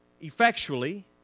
effectually